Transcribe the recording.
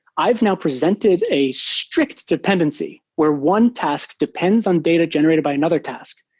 i've now presented a strict dependency where one task depends on data generated by another task,